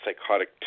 psychotic